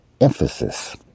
emphasis